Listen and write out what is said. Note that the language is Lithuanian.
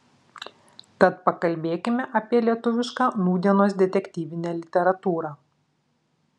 tad pakalbėkime apie lietuvišką nūdienos detektyvinę literatūrą